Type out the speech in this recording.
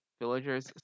Villagers